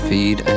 Feed